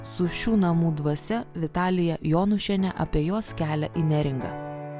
su šių namų dvasia vitalija jonušiene apie jos kelią į neringą